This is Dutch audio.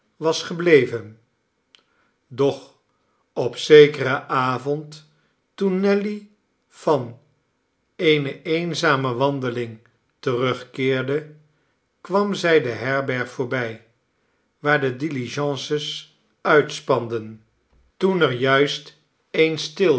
was gebleven doch op zekeren avond toen nelly van eene eenzame wandeling terugkeerde kwam zij de herberg voorbij waar de diligences uitspanden toen er juist eene stilhield